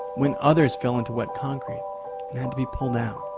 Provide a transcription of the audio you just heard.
when others fell into wet concrete and had to be pulled out,